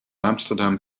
amsterdam